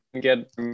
Get